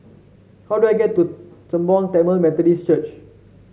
how do I get to Sembawang Tamil Methodist Church